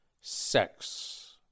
Sex